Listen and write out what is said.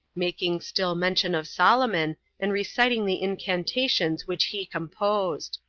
making still mention of solomon, and reciting the incantations which he composed.